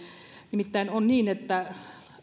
nimittäin on niin että